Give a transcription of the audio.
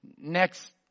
next